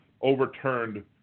overturned